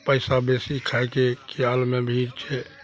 पैसा बेसी खाइके ख्यालमे भी छै